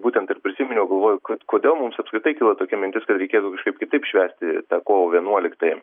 būtent ir prisiminiau galvojau kad kodėl mums apskritai kilo tokia mintis kad reikėtų kažkaip kitaip švęsti kovo vienuoliktąją